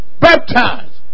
Baptized